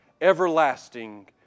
everlasting